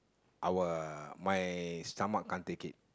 our my stomach can't take it